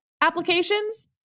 applications